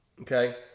okay